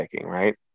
right